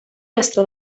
mestre